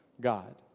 God